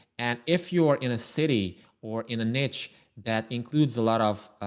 and if you are in a city or in a niche that includes a lot of